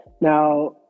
Now